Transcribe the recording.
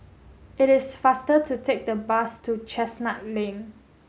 it is faster to take the bus to Chestnut Lane